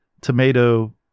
tomato